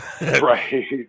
Right